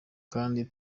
kandi